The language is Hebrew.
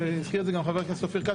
הזכיר את גם חבר הכנסת אופיר כץ,